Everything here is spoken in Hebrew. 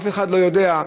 אף אחד לא יודע,